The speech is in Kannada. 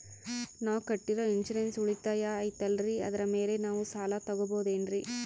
ನಾವು ಕಟ್ಟಿರೋ ಇನ್ಸೂರೆನ್ಸ್ ಉಳಿತಾಯ ಐತಾಲ್ರಿ ಅದರ ಮೇಲೆ ನಾವು ಸಾಲ ತಗೋಬಹುದೇನ್ರಿ?